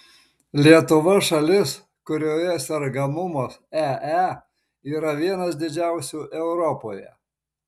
lietuva šalis kurioje sergamumas ee yra vienas didžiausių europoje